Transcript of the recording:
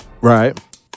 Right